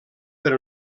per